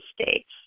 states